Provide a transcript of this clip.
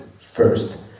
first